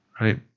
Right